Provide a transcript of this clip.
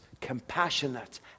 compassionate